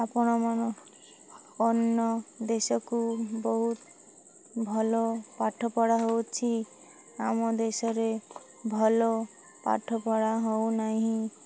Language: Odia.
ଆପଣମାନ ଅନ୍ୟ ଦେଶକୁ ବହୁତ ଭଲ ପାଠପଢ଼ା ହେଉଛି ଆମ ଦେଶରେ ଭଲ ପାଠପଢ଼ା ହେଉନାହିଁ